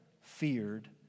feared